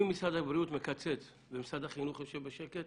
אם משרד הבריאות מקצץ ומשרד החינוך יושב בשקט,